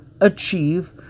achieve